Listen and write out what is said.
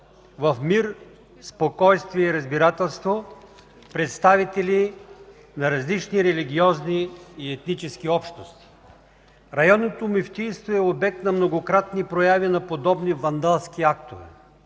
в мир, спокойствие и разбирателство представители на различни религиозни и етнически общности. Районното мюфтийство е обект на многократни прояви на подобни вандалски актове.